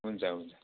हुन्छ हुन्छ